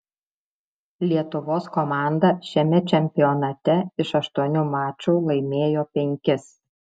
lietuvos komanda šiame čempionate iš aštuonių mačų laimėjo penkis